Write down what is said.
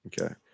Okay